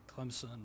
Clemson